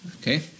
okay